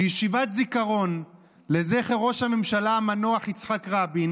בישיבת זיכרון לזכר ראש הממשלה המנוח יצחק רבין